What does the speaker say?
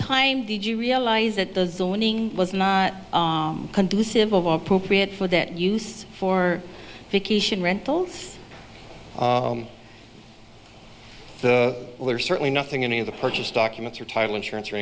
time did you realize that the zoning was not conducive appropriate for that use for vacation rentals are certainly nothing in the purchase documents or title insurance or